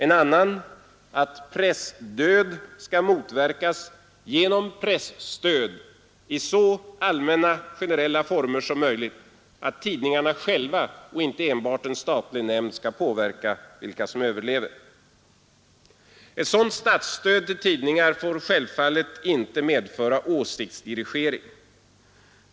En annan att pressdöd skall motverkas genom presstöd i så allmänna former som möjligt, så att tidningarna själva och inte enbart en statlig nämnd kan påverka vilka som överlever. Ett sådant statsstöd till tidningar får självfallet inte medföra åsiktsdirigering.